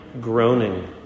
groaning